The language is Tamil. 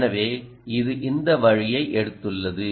எனவே இது இந்த வழியை எடுத்துள்ளது